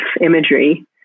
imagery